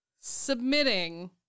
submitting